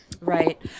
Right